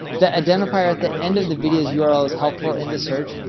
that identifier at the end of the video's yeah url is helpful in the search.